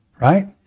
right